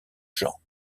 gens